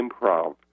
improv